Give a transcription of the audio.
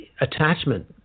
attachment